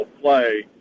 play